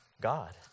God